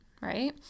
right